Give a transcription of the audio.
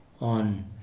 on